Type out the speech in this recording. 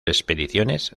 expediciones